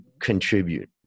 contribute